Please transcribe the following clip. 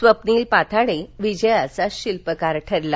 स्वप्नील पाथाडे विजयाचा शिल्पकार ठरला